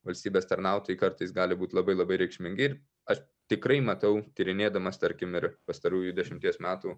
valstybės tarnautojai kartais gali būt labai labai reikšmingi ir aš tikrai matau tyrinėdamas tarkim ir pastarųjų dešimties metų